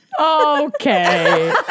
Okay